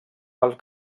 pel